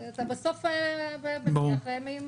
שיש לו עובד או עובדת שעובדים איתו בתקופה הקורונה,